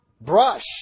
brush